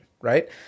right